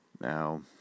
Now